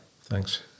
Thanks